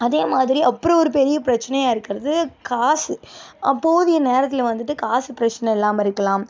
அதே மாதிரி அப்புறம் ஒரு பெரிய பிரச்சனையாக இருக்கிறது காசு போதிய நேரத்தில் வந்துட்டு காசு பிரச்சனை இல்லாமல் இருக்கலாம்